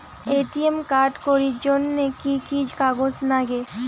ATM card করির জন্যে কি কি কাগজ নাগে?